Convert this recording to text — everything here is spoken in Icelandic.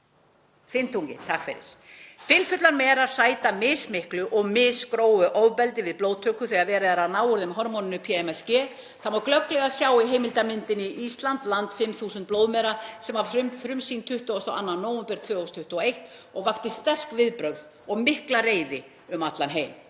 fimmtung, takk fyrir. Fylfullar merar sæta mismiklu og misgrófu ofbeldi við blóðtöku þegar verið er að ná úr þeim hormóninu PMSG. Það má glögglega sjá í heimildarmyndinni Ísland — land 5.000 blóðmera sem var frumsýnd 22. nóvember 2021 og vakti sterk viðbrögð og mikla reiði um heim